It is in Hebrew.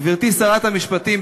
גברתי שרת המשפטים,